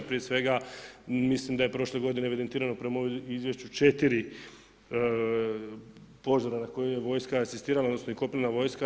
Prije svega, mislim da je prošle godine evidentirano prema izvješću 4 požara na koje je vojska asistirala, odnosno i kopnena vojska.